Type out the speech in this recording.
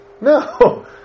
No